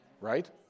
Right